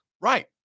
Right